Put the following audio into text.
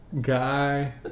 guy